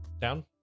Down